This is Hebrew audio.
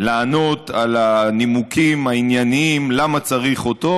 לענות על הנימוקים העניינים למה צריך אותו,